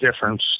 difference